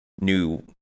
new